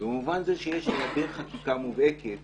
במובן זה של היעדר חקיקה מובהקת